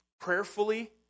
prayerfully